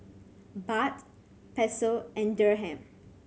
Baht Peso and Dirham